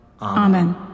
Amen